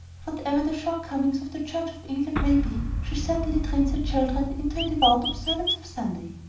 whatever the shortcomings of the church of england may be, she certainly trains her children into a devout observance of sunday.